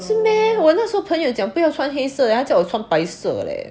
是 meh 我那时候朋友讲不要穿黑色 eh 他叫我穿白色 leh